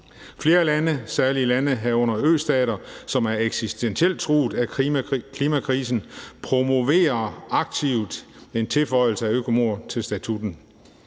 Flere lande, særlige lande, herunder østater, som er eksistentielt truet af klimakrisen, promoverer aktivt en tilføjelse af økomord til statutten.